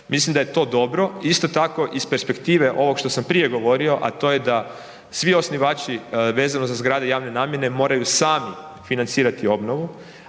mislim da je to dobro, isto tako iz perspektive ovog što sam prije govorio, a to je da svi osnivači vezano za zgrade javne namjene moraju sami financirati obnovu.